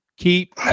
Keep